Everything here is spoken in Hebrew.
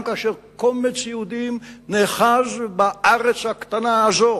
כאשר קומץ יהודים נאחז בארץ הקטנה הזאת